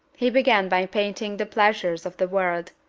he began by painting the pleasures of the world,